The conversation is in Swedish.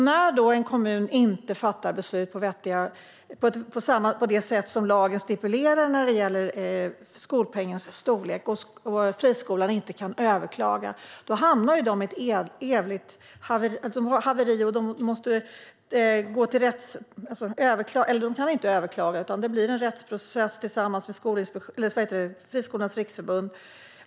När en kommun inte fattar beslut på det sätt som lagen stipulerar vad gäller skolpengens storlek och friskolan inte kan överklaga blir det en rättsprocess med Friskolornas riksförbund.